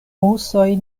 rusoj